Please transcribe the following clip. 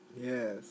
Yes